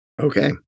Okay